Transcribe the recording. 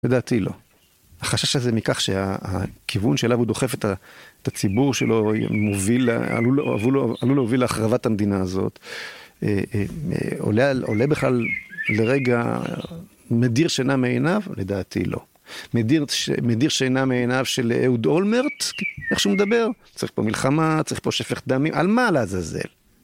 לדעתי לא. החשש הזה מכך שהכיוון שאליו הוא דוחף את הציבור שלו עלול להוביל להחרבת המדינה הזאת, עולה בכלל לרגע, מדיר שינה מעיניו? לדעתי לא. מדיר שינה מעיניו של אהוד אולמרט? איכשהו מדבר. צריך פה מלחמה, צריך פה שפך דמים, על מה לעזאזל?